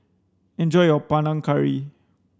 enjoy your Panang Curry